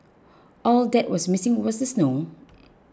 all that was missing was the snow